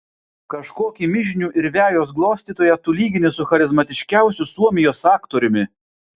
kažkokį mižnių ir vejos glostytoją tu lygini su charizmatiškiausiu suomijos aktoriumi